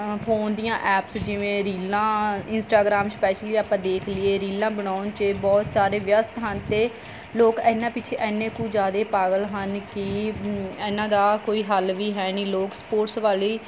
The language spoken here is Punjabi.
ਫੋਨ ਦੀਆਂ ਐਪਸ ਜਿਵੇਂ ਰੀਲਾਂ ਇੰਸਟਾਗਰਾਮ ਸਪੈਸ਼ਲੀ ਆਪਾਂ ਦੇਖ ਲਈਏ ਰੀਲਾਂ ਬਣਾਉਣ 'ਚ ਏ ਬਹੁਤ ਸਾਰੇ ਵਿਅਸਤ ਹਨ ਅਤੇ ਲੋਕ ਇਹਨਾਂ ਪਿੱਛੇ ਇੰਨੇ ਕੁ ਜ਼ਿਆਦਾ ਪਾਗਲ ਹਨ ਕਿ ਇਹਨਾਂ ਦਾ ਕੋਈ ਹੱਲ ਵੀ ਹੈ ਨਹੀਂ ਲੋਕ ਸਪੋਰਟਸ ਵਾਲੀ